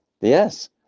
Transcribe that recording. Yes